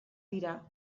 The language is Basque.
dira